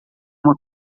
uma